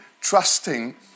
trusting